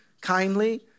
kindly